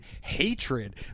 hatred